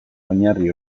oinarri